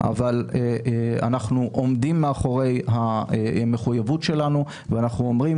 אנחנו עומדים מאחורי המחויבות שלנו ואנחנו אומרים,